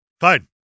Fine